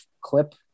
clip